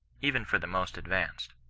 even for the most advanced.